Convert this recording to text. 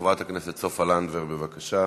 חברת הכנסת סופה לנדבר, בבקשה.